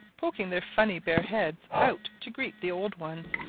poking their funny bare heads out to greet the old ones,